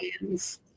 hands